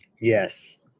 Yes